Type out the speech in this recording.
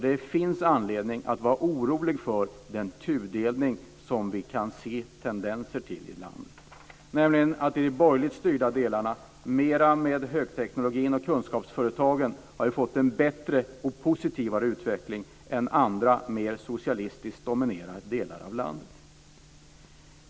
Det finns anledning att vara orolig för den tudelning som vi kan se tendenser till i landet. De borgerligt styrda delarna, med mer högteknologi och fler kunskapsföretag, har fått en bättre och positivare utveckling än andra mer socialistiskt dominerade delar av landet.